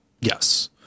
Yes